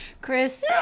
Chris